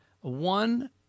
One